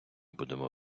будемо